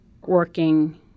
working